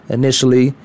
initially